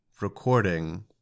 Recording